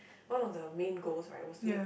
one of the main goals right was to make